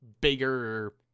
bigger